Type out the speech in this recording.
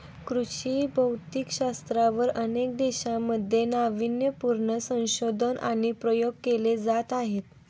कृषी भौतिकशास्त्रावर अनेक देशांमध्ये नावीन्यपूर्ण संशोधन आणि प्रयोग केले जात आहेत